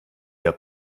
herr